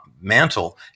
mantle